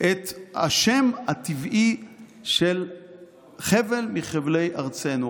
את השם הטבעי של חבל מחבלי ארצנו?